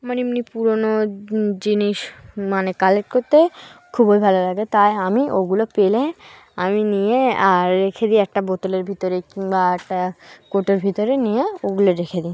মানে এমনি পুরোনো জিনিস মানে কালেক্ট করতে খুবই ভালো লাগে তাই আমি ওগুলো পেলে আমি নিয়ে আর রেখে দিই একটা বোতলের ভিতরে কিংবা একটা কোটোর ভিতরে নিয়ে ওগুলো রেখে দিই